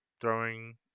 throwing